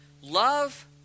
Love